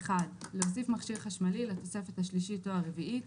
להוסיף מכשיר חשמלי לתוספת השלישית או הרביעית,